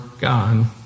God